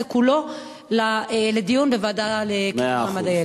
כולו לדיון בוועדה לקידום מעמד הילד.